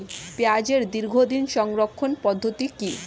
পেঁয়াজের দীর্ঘদিন সংরক্ষণ পদ্ধতি কি?